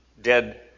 dead